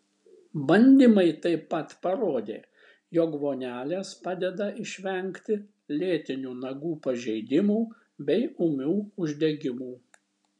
bandymai taip pat parodė jog vonelės padeda išvengti lėtinių nagų pažeidimų bei ūmių uždegimų